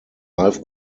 life